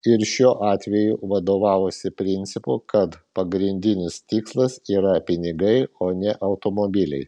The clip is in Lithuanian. ir šiuo atveju vadovavosi principu kad pagrindinis tikslas yra pinigai o ne automobiliai